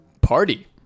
party